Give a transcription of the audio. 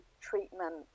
treatment